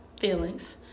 feelings